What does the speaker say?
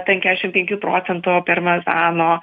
ten keturiasdešimt penkių procentų permezano